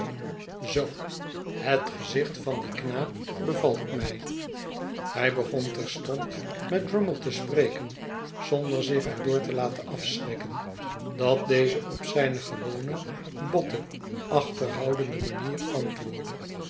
zoo het gezicht van dien knaap bevalt mij hij begon terstond met drummle te spreken zonder zich er door te laten afschrikken dat deze op zijne gewone botte achterhoudende manier antwoordde